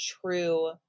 true